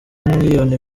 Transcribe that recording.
miliyoni